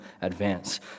advance